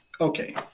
okay